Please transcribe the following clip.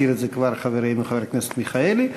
הזכיר את זה כבר חברנו חבר הכנסת מיכאלי,